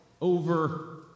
over